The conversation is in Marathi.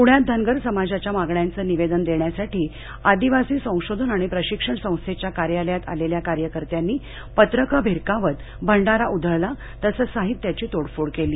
पूण्यात धनगर समाजाच्या मागण्यांचं निवेदन देण्यासाठी आदिवासी संशोधन आणि प्रशिक्षण संस्थेच्या कार्यालयात आलेल्या कार्यकर्त्यांनी पत्रकं भिरकावत भंडारा उधळला तसच साहित्याची तोडफोड केली